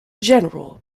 general